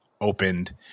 opened